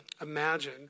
imagine